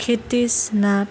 Kshitish Nath